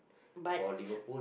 but